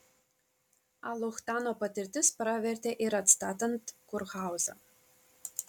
a luchtano patirtis pravertė ir atstatant kurhauzą